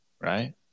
Right